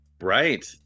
Right